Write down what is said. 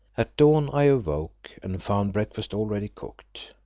at dawn i awoke and found breakfast already cooked.